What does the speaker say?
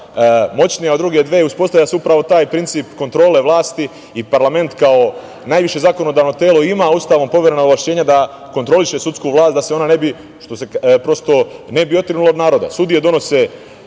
moćnija od druge dve, uspostavlja se upravo taj princip kontrole vlasti i parlament kao najviše zakonodavno telo ima Ustavom poverena ovlašćenja da kontroliše sudsku vlast, da se ona prosto ne bi otrgnula od naroda. Sudije donose